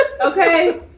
okay